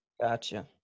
Gotcha